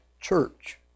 church